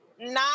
nine